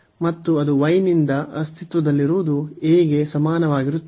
ಮತ್ತು ಅದು y ನಿಂದ ಅಸ್ತಿತ್ವದಲ್ಲಿರುವುದು a ಗೆ ಸಮಾನವಾಗಿರುತ್ತದೆ